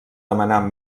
demanar